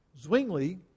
Zwingli